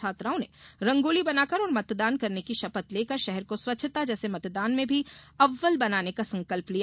छात्राओं ने रांगोली बनाकर और मतदान करने की शपथ लेकर शहर को स्वच्छता जैसे मतदान में भी अव्वल बनाने का संकल्प लिया